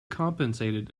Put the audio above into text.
compensated